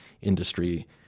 industry